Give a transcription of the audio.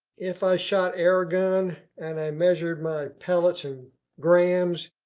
if i shot air gun and i measured my pellets in grams,